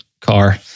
car